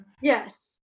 Yes